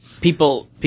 People